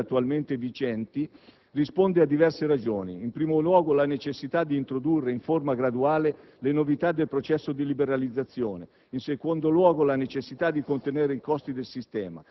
La decisione di non modificare sostanzialmente le condizioni attualmente vigenti risponde a diverse ragioni: in primo luogo, la necessità di introdurre in forma graduale le novità del processo di liberalizzazione;